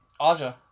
Aja